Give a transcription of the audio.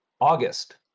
August